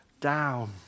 down